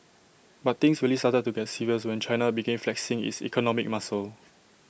but things really started to get serious when China began flexing its economic muscle